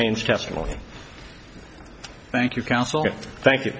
maine's testimony thank you counsel thank you